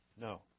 No